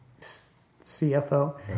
CFO